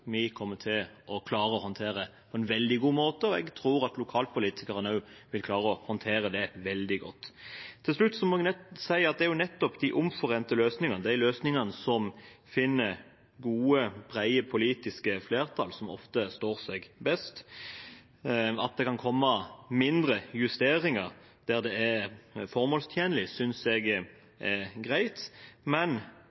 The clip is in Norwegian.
vi kommer til å klare å håndtere på en veldig god måte. Jeg tror at lokalpolitikerne også vil klare å håndtere det veldig godt. Til slutt må jeg si at det er nettopp de omforente løsningene, de løsningene som finner gode, brede politiske flertall, som ofte står seg best. At det kan komme mindre justeringer der det er formålstjenlig, synes jeg